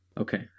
Okay